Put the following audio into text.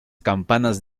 campanas